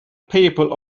people